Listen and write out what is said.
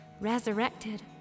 resurrected